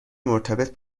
مرتبط